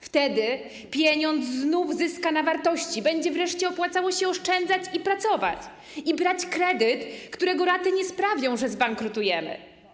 Wtedy pieniądz znów zyska na wartości, będzie wreszcie opłacało się oszczędzać, pracować i brać kredyt, którego raty nie sprawią, że zbankrutujemy.